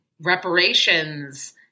reparations